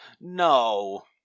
No